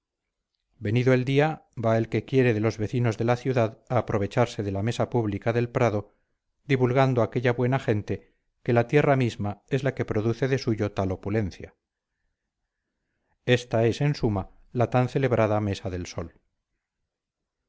venido el día va el que quiere de los vecinos de la ciudad a aprovecharse de la mesa pública del prado divulgando aquella buena gente que la tierra misma es la que produce de suyo tal opulencia esta es en suma la tan celebrada mesa del sol